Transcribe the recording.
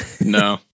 No